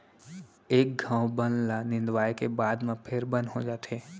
एक घौं बन ल निंदवाए के बाद म फेर बन हो जाथे